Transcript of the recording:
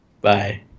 Bye